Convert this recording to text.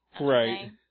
Right